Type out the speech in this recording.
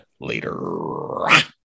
later